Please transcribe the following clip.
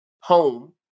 home